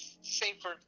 safer